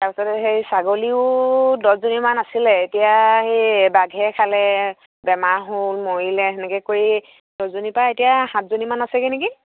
তাৰ পিছতে হেৰি ছাগলীও দহজনীমান আছিলে এতিয়া সেই বাঘে খালে বেমাৰ হ'ল মৰিলে সেনেকৈ কৰি দহজনীৰপৰা এতিয়া সাতজনীমান আছেগৈ নেকি